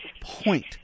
point